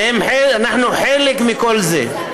ואנחנו חלק מכל זה.